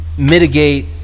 mitigate